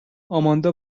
آماندا